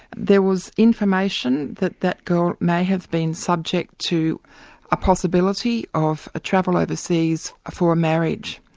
there was information that that girl may have been subject to a possibility of ah travel overseas for a marriage,